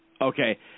Okay